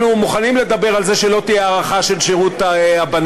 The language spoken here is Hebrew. אנחנו מוכנים לדבר על זה שלא תהיה הארכה של שירות הבנות,